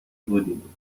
بودیم